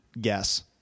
guess